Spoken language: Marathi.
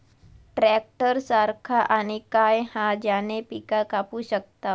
ट्रॅक्टर सारखा आणि काय हा ज्याने पीका कापू शकताव?